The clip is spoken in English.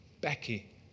Becky